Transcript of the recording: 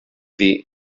dir